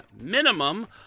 minimum